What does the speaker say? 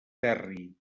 terri